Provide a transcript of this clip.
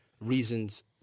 reasons